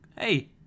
hey